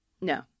No